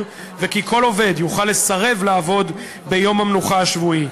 וכי כל עובד יוכל לסרב לעבוד ביום המנוחה השבועי.